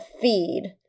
feed